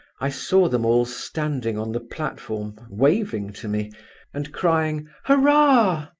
i saw them all standing on the platform waving to me and crying hurrah!